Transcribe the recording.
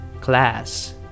class